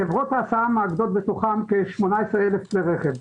חברות ההסעה מאגדות בתוכן 18,000 כלי רכב.